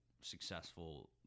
successful